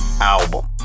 album